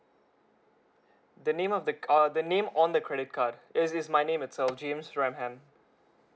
the name of the cr~ err the name on the credit card it's it's my name itself james ram ham